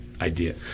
idea